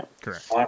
Correct